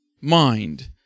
mind